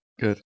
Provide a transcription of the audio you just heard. Good